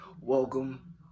Welcome